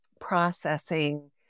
processing